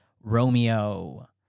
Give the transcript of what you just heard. Romeo